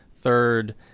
third